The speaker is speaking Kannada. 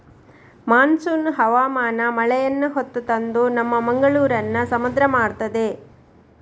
ಮಾನ್ಸೂನ್ ಹವಾಮಾನ ಮಳೆಯನ್ನ ಹೊತ್ತು ತಂದು ನಮ್ಮ ಮಂಗಳೂರನ್ನ ಸಮುದ್ರ ಮಾಡ್ತದೆ